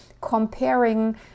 comparing